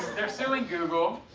they're suing google,